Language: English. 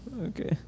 Okay